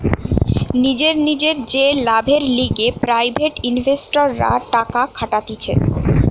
নিজের নিজের যে লাভের লিগে প্রাইভেট ইনভেস্টররা টাকা খাটাতিছে